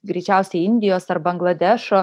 greičiausiai indijos ar bangladešo